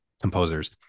composers